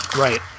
Right